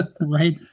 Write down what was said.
Right